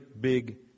big